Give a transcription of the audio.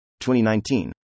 2019